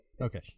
Okay